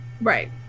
Right